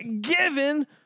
given